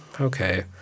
okay